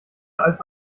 als